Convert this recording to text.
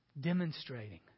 demonstrating